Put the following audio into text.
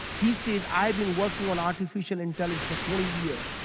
he says i've been working on artificial intelligence for twenty years.